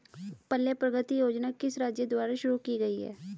पल्ले प्रगति योजना किस राज्य द्वारा शुरू की गई है?